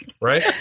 Right